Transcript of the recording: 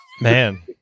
man